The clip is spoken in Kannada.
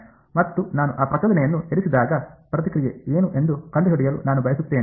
ಮತ್ತು ನಾನು ಆ ಪ್ರಚೋದನೆಯನ್ನು ಇರಿಸಿದಾಗ ಪ್ರತಿಕ್ರಿಯೆ ಏನು ಎಂದು ಕಂಡುಹಿಡಿಯಲು ನಾನು ಬಯಸುತ್ತೇನೆ